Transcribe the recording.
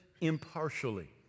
impartially